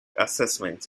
assessment